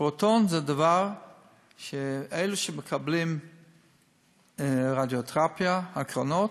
"פרוטון" זה דבר שאלה שמקבלים רדיותרפיה, הקרנות,